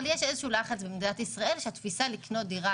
אבל יש איזשהו לחץ במדינת ישראל שהתפיסה היא שקניית דירה,